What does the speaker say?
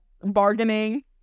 Bargaining